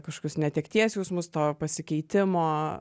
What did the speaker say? kažkokius netekties jausmus to pasikeitimo